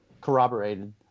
corroborated